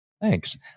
Thanks